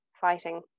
fighting